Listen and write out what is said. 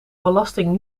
belasting